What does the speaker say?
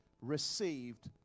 received